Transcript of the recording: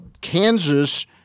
Kansas